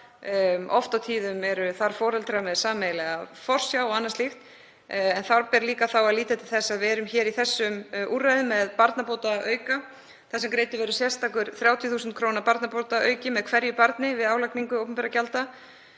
Oft og tíðum eru þar foreldrar með sameiginlega forsjá og annað slíkt. En þá ber líka að líta til þess að við erum hér í þessum úrræðum með barnabótaauka þar sem greiddur verður sérstakur 30.000 kr. barnabótaauki með hverju barni við álagningu opinberra gjalda.